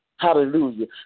Hallelujah